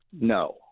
No